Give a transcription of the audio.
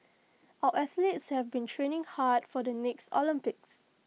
our athletes have been training hard for the next Olympics